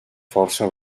força